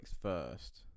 first